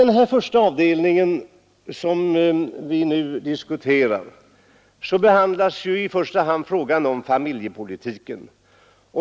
I den första avdelning som vi nu diskuterar Vehandlas främst familjepolitiken.